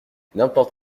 n’importe